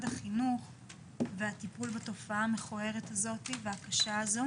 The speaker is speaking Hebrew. החינוך והטיפול בתופעה המכוערת והקשה הזאת.